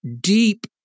deep